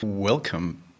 Welcome